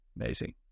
Amazing